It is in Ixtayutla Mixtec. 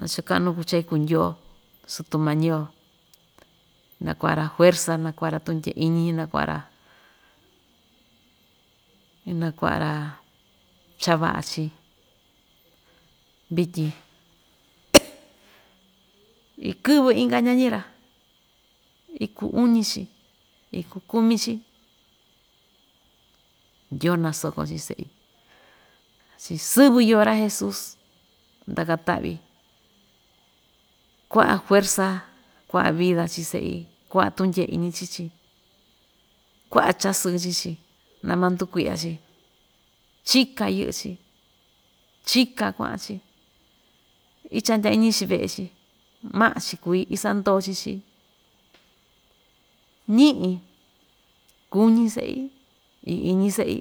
ñacho kaꞌa‑nu kuu cha ikuu ndyoo sutumañi‑yo, nakuaꞌa‑ra fuerza nakuaꞌa‑ra tuꞌun ndyee iñi nakuaꞌa‑ra inakuaꞌa‑ra cha‑vaꞌa chii, vityin ikɨꞌvɨ inka ñañi‑ra, ikuu uñi‑chi, ikuu kumi‑chi, ndyoo nasoko chii seꞌi, chii sɨvɨ yoꞌo ra jesus, ndakataꞌvi kuaꞌa fuerza kuaꞌa vida chii seꞌi, kuaꞌa tundyee iñi chii‑chi, kuaꞌa chaa sɨɨ chii‑chi na mandukuiꞌya‑chi chika yɨꞌɨ‑chi chika kuaꞌa‑chi ichaꞌandya iñi‑chi veꞌe‑chi, maꞌa‑chi kui isandoo‑chi chii ñiꞌi kuñi seꞌi, yɨꞌɨ iñi seꞌi.